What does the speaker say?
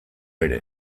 ere